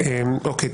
אוקיי.